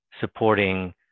supporting